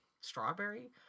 strawberry